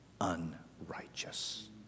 unrighteous